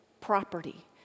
property